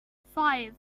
five